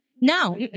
No